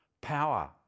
power